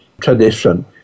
tradition